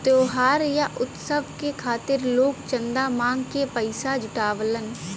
त्योहार या उत्सव के खातिर लोग चंदा मांग के पइसा जुटावलन